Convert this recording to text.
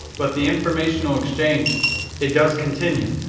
but the informational exchange it does continue,